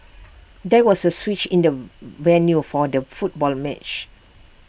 there was A switch in the venue for the football match